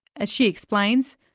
as she explains,